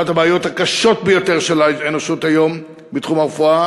אחת הבעיות הקשות ביותר של האנושות היום בתחום הרפואה,